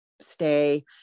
stay